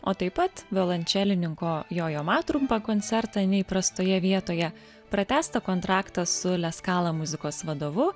o taip pat violončelininko jojo matrumpa koncertą neįprastoje vietoje pratęstą kontraktą su leskala muzikos vadovu